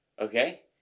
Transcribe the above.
Okay